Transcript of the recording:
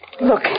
look